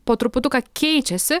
po truputuką keičiasi